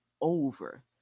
over